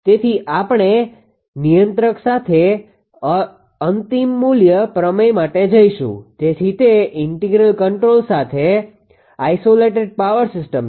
તેથી આપણે નિયંત્રક સાથે અંતિમ મૂલ્ય પ્રમેય માટે જઈશું તેથી તે ઇન્ટિગ્રલ કંટ્રોલર સાથે આઈસોલેટેડ પાવર સિસ્ટમ છે